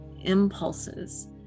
impulses